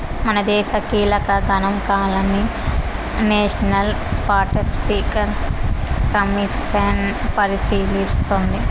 మనదేశ కీలక గనాంకాలని నేషనల్ స్పాటస్పీకర్ కమిసన్ పరిశీలిస్తోంది